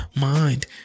mind